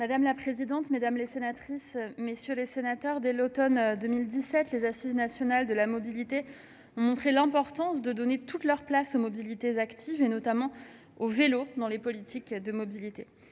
Madame la présidente, mesdames, messieurs les sénateurs, dès l'automne 2017, les Assises nationales de la mobilité ont montré l'importance de donner toute leur place aux mobilités actives, notamment au vélo, dans les politiques mises